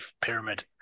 pyramid